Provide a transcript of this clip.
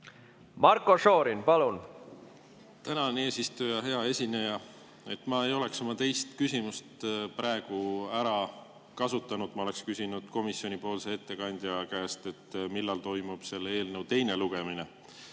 Marko Šorin, palun!